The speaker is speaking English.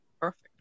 Perfect